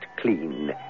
clean